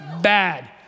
Bad